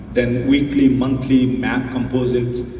then weekly, monthly, map composites,